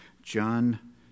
John